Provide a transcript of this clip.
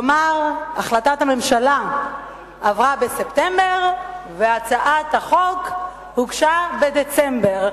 כלומר החלטת הממשלה עברה בספטמבר והצעת החוק הוגשה בדצמבר.